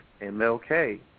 MLK